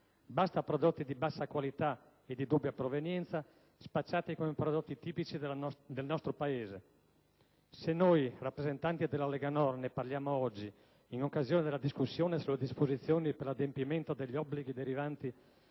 Basta prodotti di bassa qualità e di dubbia provenienza spacciati come prodotti tipici del nostro Paese! Se noi, rappresentanti della Lega Nord, ne parliamo oggi, in occasione della discussione sulle disposizioni per l'adempimento degli obblighi derivanti